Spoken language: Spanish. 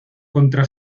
contra